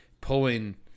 pulling